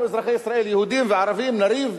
אנחנו אזרחי ישראל יהודים וערבים נריב,